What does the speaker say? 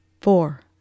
four